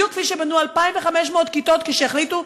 בדיוק כפי שבנו 2,500 כיתות כשהחליטו